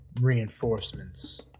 reinforcements